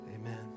amen